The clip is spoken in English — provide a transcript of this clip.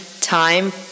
time